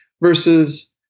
versus